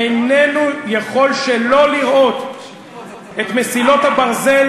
איננו יכול שלא לראות את מסילות הברזל